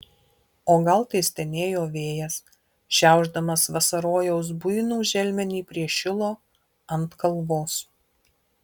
o gal tai stenėjo vėjas šiaušdamas vasarojaus buinų želmenį prie šilo ant kalvos